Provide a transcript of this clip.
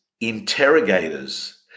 interrogators